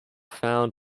found